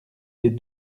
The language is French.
des